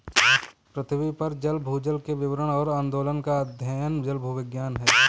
पृथ्वी पर जल भूजल के वितरण और आंदोलन का अध्ययन जलभूविज्ञान है